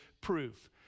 proof